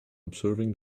observing